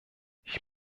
ich